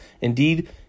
Indeed